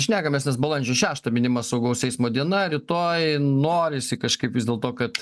šnekamės nes balandžio šeštą minima saugaus eismo diena rytoj norisi kažkaip vis dėlto kad